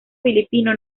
filipino